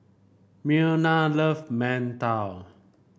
Myrna love mantou